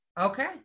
Okay